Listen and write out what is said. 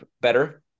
better